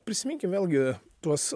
prisiminkim vėlgi tuos